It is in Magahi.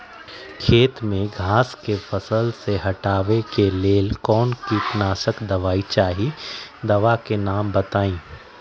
खेत में घास के फसल से हटावे के लेल कौन किटनाशक दवाई चाहि दवा का नाम बताआई?